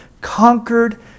conquered